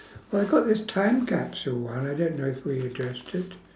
oh I got this time capsule one I don't know if we addressed it